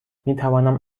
میتوانم